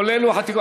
כולל לוח התיקונים.